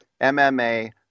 MMA